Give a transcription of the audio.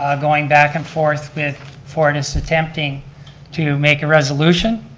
um going back and forth with fortis attempting to make a resolution,